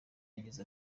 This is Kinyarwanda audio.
yagize